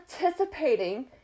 participating